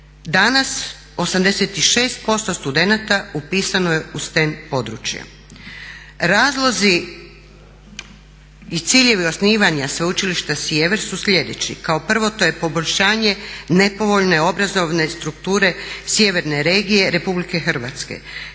Danas 86% studenata upisano je u sten područje. Razlozi i ciljevi osnivanja Sveučilišta Sjever su sljedeći. Kao prvo to je poboljšanje nepovoljne, obrazovne strukture sjeverne regije Republike Hrvatske.